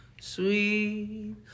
sweet